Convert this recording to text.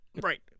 Right